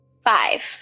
Five